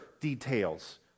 details